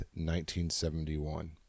1971